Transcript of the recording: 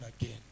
again